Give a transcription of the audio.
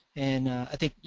and i think you